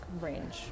range